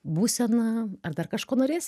būsena ar dar kažko norėsi